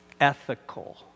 ethical